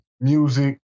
music